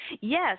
Yes